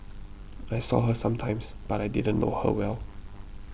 I saw her sometimes but I didn't know her well